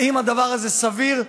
האם הדבר הזה סביר?